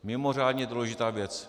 Mimořádně důležitá věc.